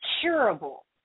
curable